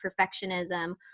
perfectionism